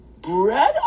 bread